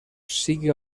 sigui